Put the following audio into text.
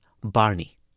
Barney